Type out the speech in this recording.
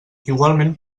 igualment